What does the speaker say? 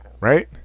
right